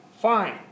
fine